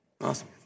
Awesome